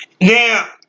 Now